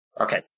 Okay